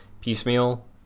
piecemeal